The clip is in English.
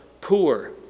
poor